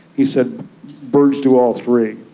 he said birds do all three.